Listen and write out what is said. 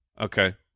Okay